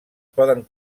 poden